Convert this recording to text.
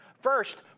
First